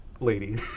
lady